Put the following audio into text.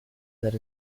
that